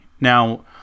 Now